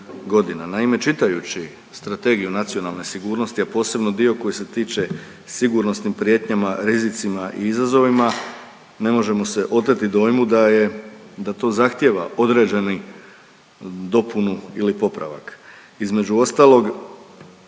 Naime, čitajući Strategiju nacionalne sigurnosti, a posebno dio koji se tiče sigurnosnim prijetnjama, rizicima i izazovima ne možemo se oteti dojmu da je, da to zahtijeva određeni dopunu ili popravak. Između ostalog